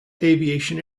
aviation